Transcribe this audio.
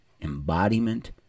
embodiment